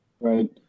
Right